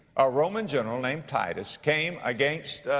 a roman general named titus came against, ah,